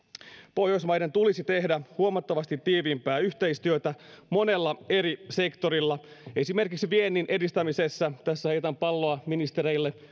pohjoismaiden tulisi tehdä huomattavasti tiiviimpää yhteistyötä monella eri sektorilla esimerkiksi viennin edistämisessä tässä heitän palloa ministereille